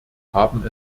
haben